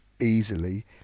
easily